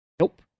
Nope